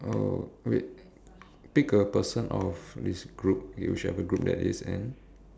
oh wait pick a person of this group you should have a group that is an